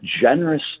generous